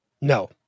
No